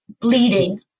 bleeding